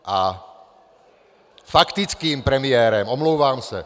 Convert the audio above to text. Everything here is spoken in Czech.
S faktickým premiérem omlouvám se.